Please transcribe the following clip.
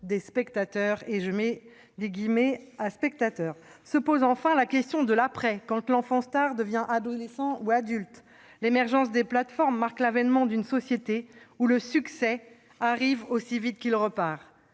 les commentaires et les réactions de « spectateurs ». Se pose enfin la question de l'« après », quand l'enfant-star devient adolescent ou adulte. L'émergence des plateformes marque l'avènement d'une société où le « succès » arrive aussi vite qu'il repart.